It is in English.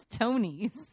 Tonys